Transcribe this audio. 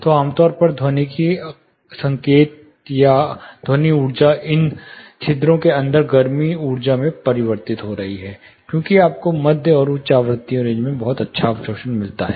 तो आमतौर पर ध्वनिकी संकेत या ध्वनि ऊर्जा इन छिद्रों के अंदर गर्मी ऊर्जा में परिवर्तित हो रही है क्योंकि आपको मध्य और उच्च आवृत्ति रेंज में बहुत अच्छा अवशोषण मिलता है